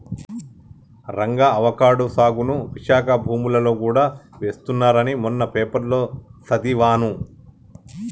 Ranga avocado సాగుని విశాఖ భూములలో గూడా చేస్తున్నారని మొన్న పేపర్లో సదివాను